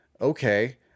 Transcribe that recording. Okay